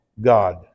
God